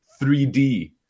3D